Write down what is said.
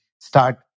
start